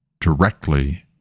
directly